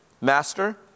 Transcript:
Master